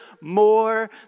more